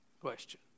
question